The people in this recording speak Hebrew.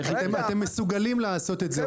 אתם מסוגלים לעשות את זה,